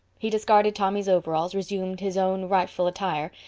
he discarded tommy's overalls, resumed his own rightful attire,